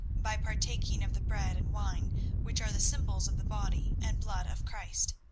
by partaking of the bread and wine which are the symbols of the body and blood of christ.